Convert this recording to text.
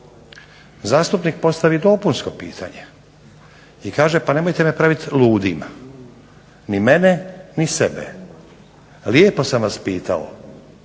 Zastupnik postavi dopunsko pitanje, kaže pa nemojte me praviti ludim ni mene ni sebe, lijepo sam vas pitao